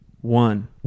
one